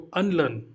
unlearn